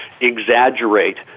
exaggerate